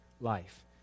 life